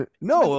No